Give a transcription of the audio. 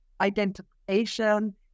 identification